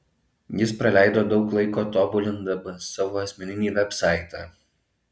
jis praleido daug laiko tobulindamas savo asmeninį vebsaitą